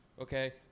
okay